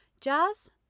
Jazz